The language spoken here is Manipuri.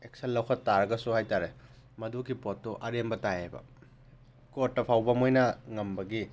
ꯑꯦꯛꯁꯟ ꯂꯧꯈꯠ ꯇꯥꯔꯒꯁꯨ ꯍꯥꯏ ꯇꯥꯔꯦ ꯃꯗꯨꯒꯤ ꯄꯣꯠꯇꯣ ꯑꯔꯦꯝꯕ ꯇꯥꯏꯑꯕ ꯀꯣꯔꯠꯇ ꯐꯥꯎꯕ ꯃꯣꯏꯅ ꯉꯝꯕꯒꯤ